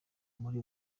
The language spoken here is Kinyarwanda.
muri